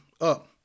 up